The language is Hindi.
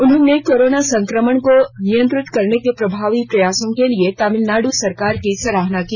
उन्होंने कोरोना संक्रमण को नियंत्रित करने के प्रभावी प्रयासों के लिए तमिलनाडु सरकार की सराहना की